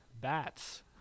bats